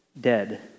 dead